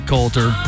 Colter